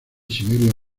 siberia